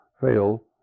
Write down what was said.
fail